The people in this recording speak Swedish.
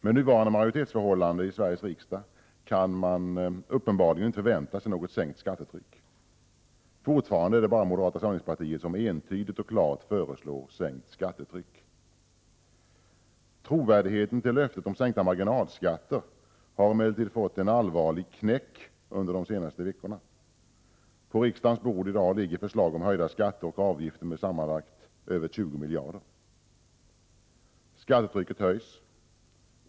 Med nuvarande majoritetsförhållanden i Sveriges riksdag kan man uppenbarligen inte förvänta sig något sänkt skattetryck. Fortfarande är det bara moderata samlingspartiet som entydigt och klart föreslår sänkt skattetryck. Trovärdigheten till löftet om sänkta marginalskatter har emellertid fått en allvarlig knäck under de senaste veckorna. På riksdagens bord i dag ligger förslag om höjda skatter och avgifter med sammanlagt över 20 miljarder kronor. Skattetrycket höjs.